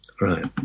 Right